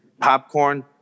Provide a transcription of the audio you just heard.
popcorn